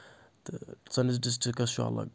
تہٕ سٲنِس ڈِسٹِرکَس چھُ الگ